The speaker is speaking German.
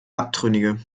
abtrünnige